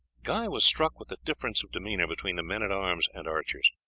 guy was struck with the difference of demeanour between the men-at-arms and archers,